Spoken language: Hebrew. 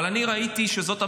אבל אני ראיתי שזאת המגמה.